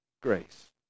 grace